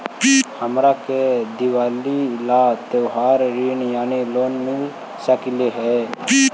हमरा के दिवाली ला त्योहारी ऋण यानी लोन मिल सकली हे?